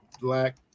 black